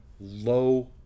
low